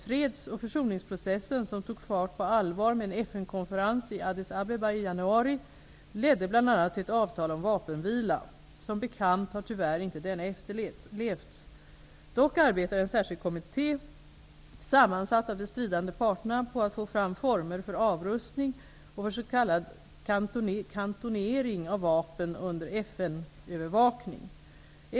Freds och försoningsprocessen, som tog fart på allvar med en FN-konferens i Addis Abeba i januari, ledde bl.a. till ett avtal om vapenvila. Som bekant har tyvärr inte denna efterlevts. Dock arbetar en särskild kommitté sammansatt av de stridande parterna på att få fram former för avrustning och för s.k. kantonering av vapen under FN-övervakning.